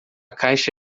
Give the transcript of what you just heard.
caixa